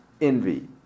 envy